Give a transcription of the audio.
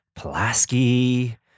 Pulaski